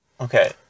Okay